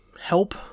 help